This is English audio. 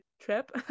trip